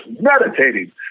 meditating